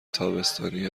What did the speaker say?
تابستانی